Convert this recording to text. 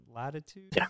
latitude